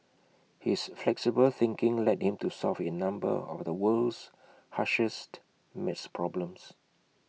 his flexible thinking led him to solve A number of the world's harshest math problems